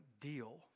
deal